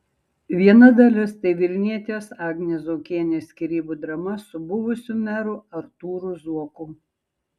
viena dalis tai vilnietės agnės zuokienės skyrybų drama su buvusiu meru artūru zuoku